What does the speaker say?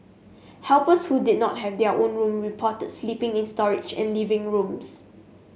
helpers who did not have their own room reported sleeping in storage and living rooms